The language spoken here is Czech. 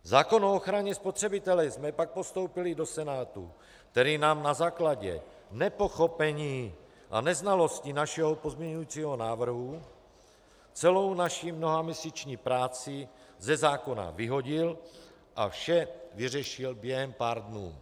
Zákon o ochraně spotřebitele jsme pak postoupili do Senátu, který nám na základě nepochopení a neznalosti našeho pozměňovacího návrhu celou naši mnohaměsíční práci ze zákona vyhodil a vše vyřešil během pár dnů.